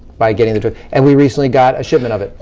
by getting the drug. and we recently got a shipment of it.